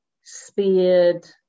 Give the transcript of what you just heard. speared